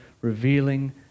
revealing